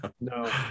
No